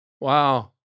wow